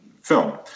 film